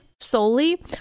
Solely